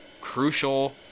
crucial